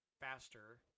faster